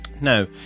Now